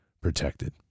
protected